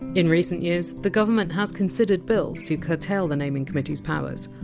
in recent years the government has considered bills to curtail the naming committee! s powers,